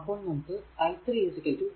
അപ്പോൾ നമുക്ക് i3 i1 0